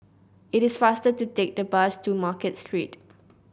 it is faster to take the bus to Market Street